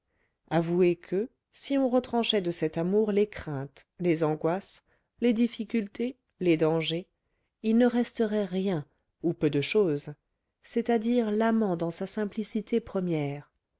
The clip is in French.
avouez que si on retranchait de cet amour les craintes les angoisses les difficultés les dangers il ne resterait rien ou peu de chose c'est-à-dire l'amant dans sa simplicité première